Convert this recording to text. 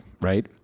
right